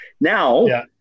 Now